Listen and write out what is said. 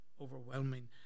overwhelming